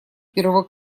первого